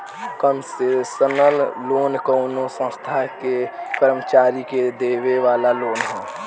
concessional loan कवनो संस्था के कर्मचारी के देवे वाला लोन ह